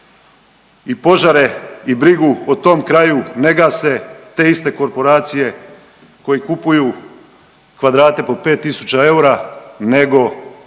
i požare i brigu o tom kraju ne gase te iste korporacije koji kupuje kvadrate po 5 tisuća eura nego naši